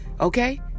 okay